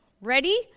ready